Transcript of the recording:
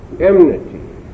enmity